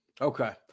Okay